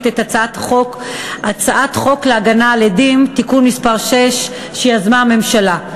את הצעת חוק להגנה על עדים (תיקון מס' 6) שיזמה הממשלה.